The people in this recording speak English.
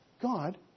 God